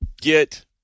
get